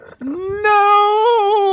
No